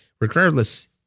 Regardless